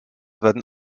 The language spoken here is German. werden